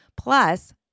plus